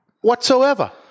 whatsoever